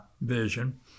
vision